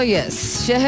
yes